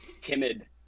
timid